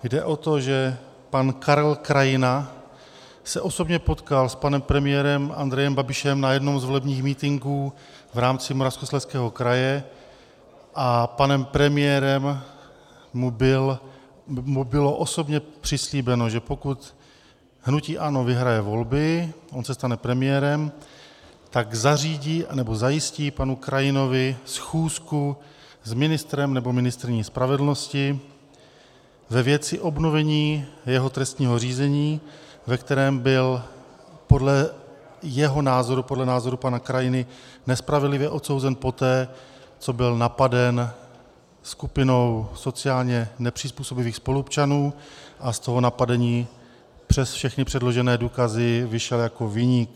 Jde o to, že pan Karel Kraina se osobně potkal s panem premiérem Andrejem Babišem na jednom z volebních mítinků v rámci Moravskoslezského kraje a panem premiérem mu bylo osobně přislíbeno, že pokud hnutí ANO vyhraje volby, on se stane premiérem, tak zařídí anebo zajistí panu Krainovi schůzku s ministrem nebo ministryní spravedlnosti ve věci obnovení jeho trestního řízení, ve kterém byl podle jeho názoru, podle názoru pana Krainy, nespravedlivě odsouzen poté, co byl napaden skupinou sociálně nepřizpůsobivých spoluobčanů, a z toho napadení přes všechny předložené důkazy vyšel jako viník.